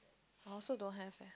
and also don't have eh